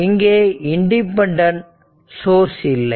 இங்கே independent source இல்லை